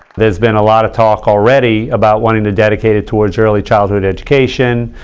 there's been a lot of talk already about wanting to dedicate it towards early childhood education.